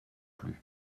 plus